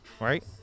Right